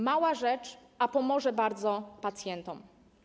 Mała rzecz, a pomoże bardzo pacjentom.